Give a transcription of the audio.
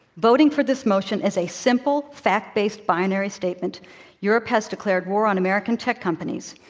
voting for this motion is a simple, fact-based, binary statement europe has declared war on american tech companies.